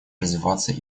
развиваться